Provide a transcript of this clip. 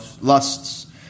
lusts